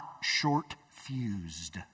short-fused